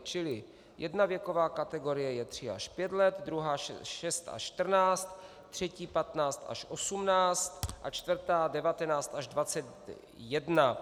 Čili jedna věková kategorie je tři až pět let, druhá šest až čtrnáct, třetí patnáct až osmnáct a čtvrtá devatenáct až dvacet jedna.